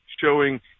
showing